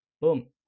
Boom